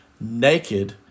naked